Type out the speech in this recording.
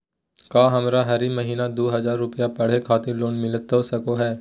का हमरा हरी महीना दू हज़ार रुपया पढ़े खातिर लोन मिलता सको है?